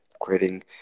creating